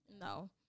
no